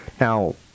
Now